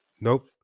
Nope